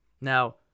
Now